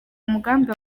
umugambi